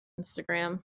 Instagram